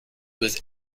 was